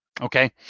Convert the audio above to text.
okay